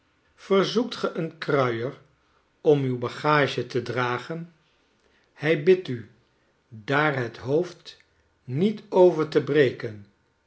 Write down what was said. een kruier om uw bagage te dragen hij bidt u daar het hoofd niet over te breken